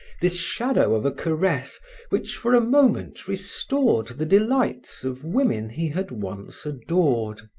this shadow of a caress which for a moment restored the delights of women he had once adored.